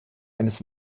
eines